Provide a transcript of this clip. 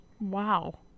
Wow